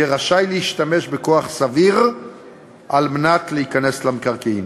יהיה רשאי להשתמש בכוח סביר על מנת להיכנס למקרקעין.